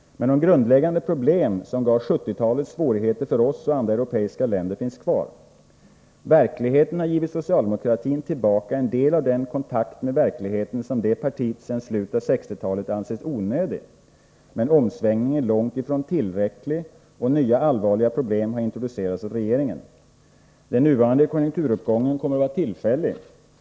Men de grundläggande problem som gav 1970-talets svårigheter för oss och andra europeiska länder finns kvar. Verkligheten har givit socialdemokratin tillbaka en del av den kontakt med verkligheten som det partiet sedan slutet av 1960-talet har ansett onödig. Men omsvängningen är långt ifrån tillräcklig, och nya allvarliga problem har introducerats av regeringen. Den nuvarande konjunkturuppgången kommer att vara tillfällig.